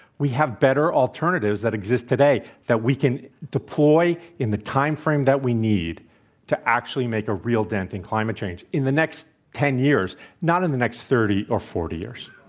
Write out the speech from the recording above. we have better alternatives that exist today that we can deploy in the timeframe that we need to actually make a real dent in climate change in the next ten years, not in the next thirty or forty years.